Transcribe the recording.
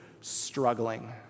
struggling